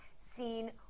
seen